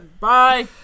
Bye